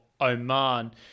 Oman